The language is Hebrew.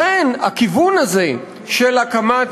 הכיוון הזה של הקמת,